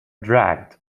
dragged